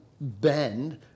bend